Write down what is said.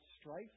strife